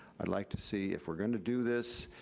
i'd like to see if we're gonna do this,